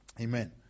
Amen